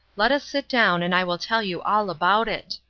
let us sit down, and i will tell you all about it.